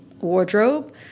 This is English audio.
wardrobe